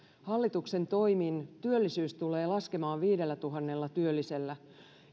hallituksen toimin työllisyys tulee laskemaan viidellätuhannella työllisellä